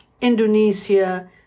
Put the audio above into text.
Indonesia